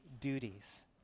duties